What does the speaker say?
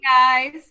guys